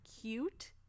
cute